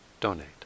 donate